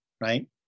right